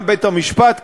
גם בית-המשפט,